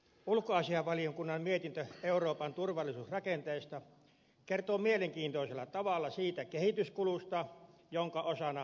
ulkoasiainvaliokunnan mietintö euroopan turvallisuusrakenteista kertoo mielenkiintoisella tavalla siitä kehityskulusta jonka osana suomi on